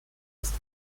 ist